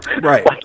Right